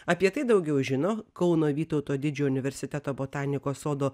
apie tai daugiau žino kauno vytauto didžiojo universiteto botanikos sodo